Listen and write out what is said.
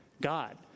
God